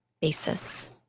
basis